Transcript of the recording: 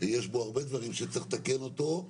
יש בו הרבה דברים שצריך לתקן אותם.